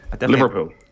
Liverpool